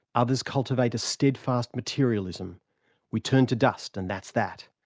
others cultivate a steadfast materialism we turn to dust and that's that.